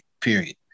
period